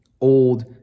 old